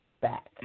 back